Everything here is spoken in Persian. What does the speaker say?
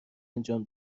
انجام